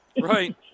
right